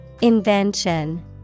Invention